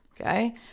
Okay